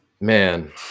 Man